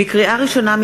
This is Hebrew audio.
לקריאה ראשונה,